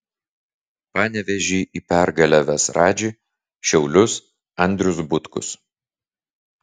panevėžį į pergalę ves radži šiaulius andrius butkus